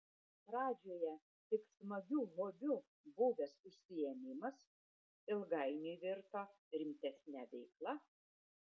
pradžioje tik smagiu hobiu buvęs užsiėmimas ilgainiui virto rimtesne veikla